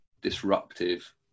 disruptive